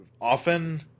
often